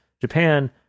japan